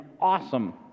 awesome